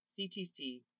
CTC